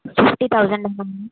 fifty థౌజండా ma'am